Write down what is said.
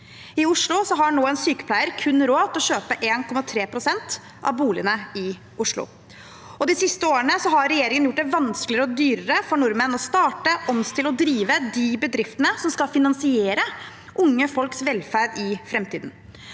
I Oslo har nå en sykepleier kun råd til å kjøpe 1,3 pst. av boligene i Oslo. De siste årene har regjeringen gjort det vanskeligere og dyrere for nordmenn å starte, omstille og drive de bedriftene som skal finansiere unge folks velferd i framtiden.